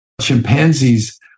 chimpanzees